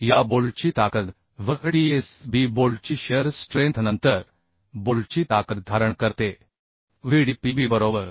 या बोल्टची ताकद V d S b बोल्टची शिअर स्ट्रेंथ नंतर बोल्टची ताकद धारण करते VdPb बरोबर